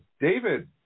David